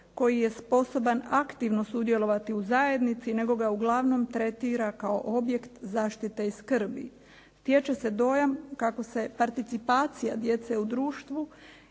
koji je sposoban aktivno sudjelovati u zajednici, nego ga uglavnom tretira kao objekt zaštite i skrbi. Stječe se dojam kako se participacija djece u društvu